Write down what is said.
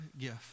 gift